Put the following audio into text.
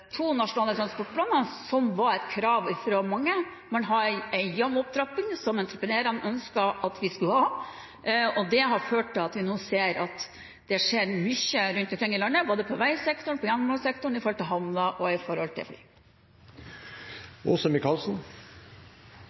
to nasjonale transportplaner, som var et krav fra mange. Man hadde en jevn opptrapping, som entreprenørene ønsket at vi skulle ha, og det har ført til at vi nå ser at det skjer mye rundt omkring i landet, både på veisektoren, på jernbanesektoren, når det gjelder havner og